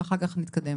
ואחר כך נתקדם.